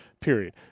period